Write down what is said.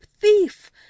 Thief